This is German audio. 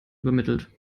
übermittelt